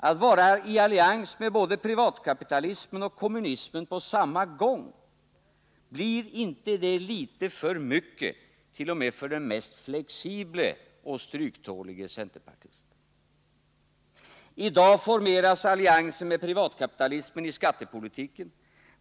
Att vara i allians med både privatkapitalismen och kommunismen på samma gång, blir inte det litet för mycket t.o.m. för den mest flexible och stryktålige centerpartist? I dag formeras alliansen med privatkapitalismen i skattepolitiken.